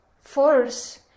force